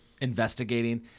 investigating